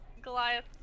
goliath